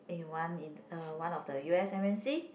eh one in uh one of the U_S M_N_C